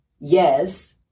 Yes